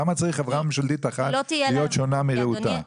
למה צריך חברה ממשלתית אחת להיות שונה מרעותה?